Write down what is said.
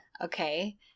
okay